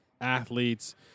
athletes